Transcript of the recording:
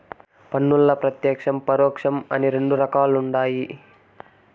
పన్నుల్ల ప్రత్యేక్షం, పరోక్షం అని రెండు రకాలుండాయి